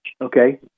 Okay